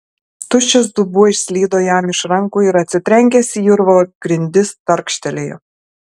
tuščias dubuo išslydo jam iš rankų ir atsitrenkęs į urvo grindis tarkštelėjo